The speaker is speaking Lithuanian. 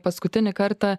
paskutinį kartą